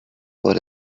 but